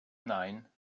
nein